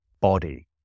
body